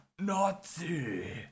Nazi